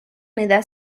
unidad